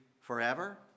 forever